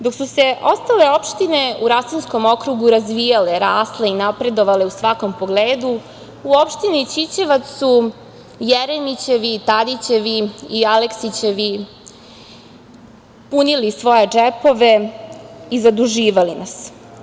Dok su se ostale opštine u Rasinskom okrugu razvije, rasle i napredovale u svakom pogledu, u opštini Ćićevac su Jeremićevi, Tadićevi i Aleksićevi punili svoje džepove i zaduživali nas.